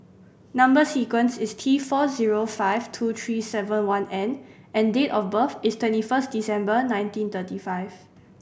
number sequence is T four zero five two three seven one N and date of birth is twenty first December nineteen thirty five